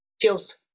feels